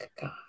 God